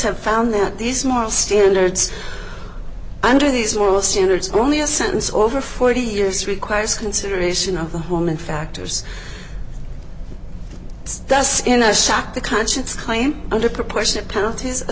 have found that these moral standards under these moral standards only a sentence over forty years requires consideration of the home and factors does in a shock the conscience claim under proportionate penalties a